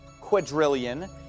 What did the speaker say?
quadrillion